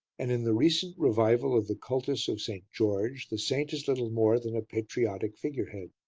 and in the recent revival of the cultus of st. george, the saint is little more than a patriotic figurehead.